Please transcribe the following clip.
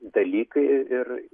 dalykai ir